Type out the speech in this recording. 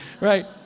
Right